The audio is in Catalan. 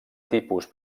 tipus